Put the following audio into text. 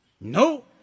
No